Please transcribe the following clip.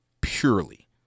purely